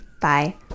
Bye